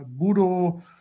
Budo